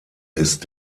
ist